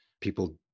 people